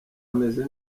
ameze